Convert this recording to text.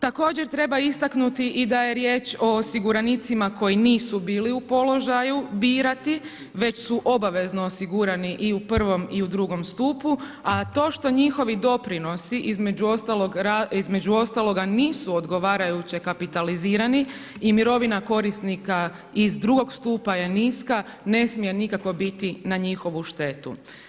Također treba istaknuti i da je riječ o osiguranicima koji nisu bili u položaju birati, već su obavezno osigurani i u I i u II stupu, a to što njihovi doprinosi između ostaloga, nisu odgovarajuće kapitalizirani i mirovina korisnika iz II stupa je niska, ne smije nikako biti na njihovu štetu.